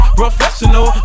professional